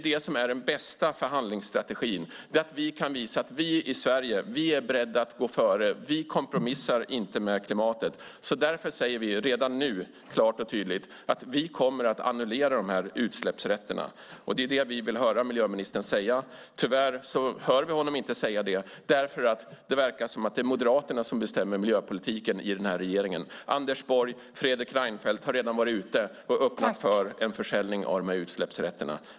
Den bästa förhandlingsstrategin är att vi i Sverige kan visa att vi är beredda att gå före: Vi kompromissar inte med klimatet. Därför säger vi redan nu klart och tydligt att vi kommer att annullera utsläppsrätterna. Det är vad vi vill höra miljöministern säga. Tyvärr hör vi inte honom säga det. Det verkar som att det är Moderaterna som bestämmer miljöpolitiken i regeringen. Anders Borg och Fredrik Reinfeldt har redan varit ute och öppnat för en försäljning av utsläppsrätterna.